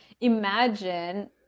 imagine